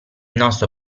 nostro